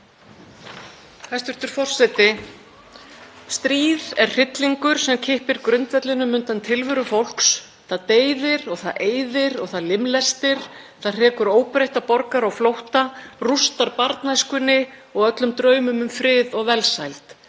Hæstv. forseti. Stríð er hryllingur sem kippir grundvellinum undan tilveru fólks. Það deyðir, það eyðir og það limlestir, það hrekur óbreytta borgara á flótta, rústar barnæskunni og öllum draumum um frið og velsæld.